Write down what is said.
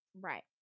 Right